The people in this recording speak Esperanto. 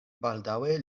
baldaŭe